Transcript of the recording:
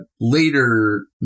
later